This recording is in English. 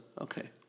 Okay